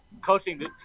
coaching